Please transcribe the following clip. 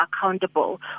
accountable